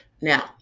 Now